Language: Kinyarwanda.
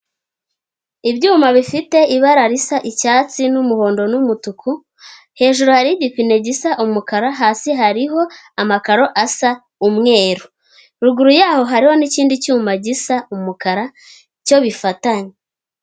Ibyuma bifite ibara risa icyatsi n'umuhondo n'umutuku, hejuru hariho igipine gisa umukara, hasi hariho amakaro asa umweru, ruguru yaho hariho n'ikindi cyuma gisa umukara cyo bifatanye.